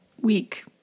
week